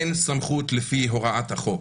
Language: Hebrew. אין סמכות לפי הוראת החוק.